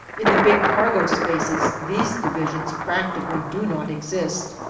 in the big cargo spaces, these divisions practically do not exist,